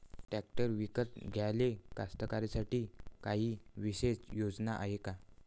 Tractor विकत घ्याले कास्तकाराइसाठी कायी विशेष योजना हाय का?